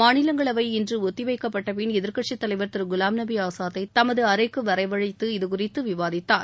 மாநிலங்களவை இன்று ஒத்தி வைக்கப்பட்டபின் எதிர்க்கட்சித் தலைவர் திரு குலாம்நபி ஆசாத்தை தமது அறைக்கு வரவழைத்து இதுகுறித்து விவாதித்தார்